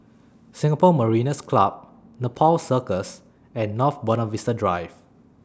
Singapore Mariners' Club Nepal Circus and North Buona Vista Drive